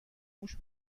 موش